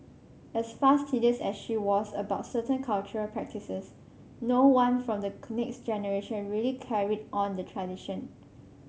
as fastidious as she was about certain cultural practices no one from the next generation really carried on the tradition